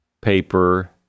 paper